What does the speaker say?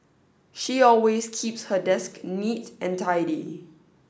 she always keeps her desk neat and tidy